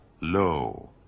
lo